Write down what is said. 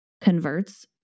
converts